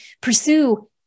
pursue